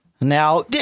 now